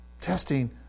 Testing